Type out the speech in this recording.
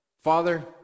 Father